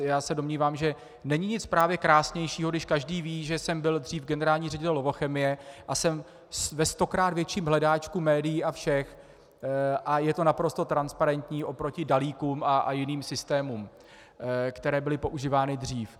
Já se domnívám, že není nic právě krásnějšího, když každý ví, že jsem byl dřív generální ředitel Lovochemie, a jsem ve stokrát větším hledáčku médií a všech a je to naprosto transparentní oproti Dalíkům a jiným systémům, které byly používány dřív.